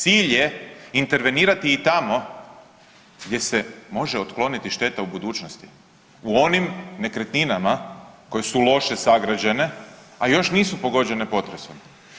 Cilj je intervenirati i tamo gdje se može otkloniti šteta u budućnosti u onim nekretninama koje su loše sagrađene, a još nisu pogođene potresom.